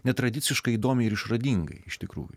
netradiciškai įdomiai ir išradingai iš tikrųjų